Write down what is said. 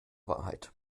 wahrheit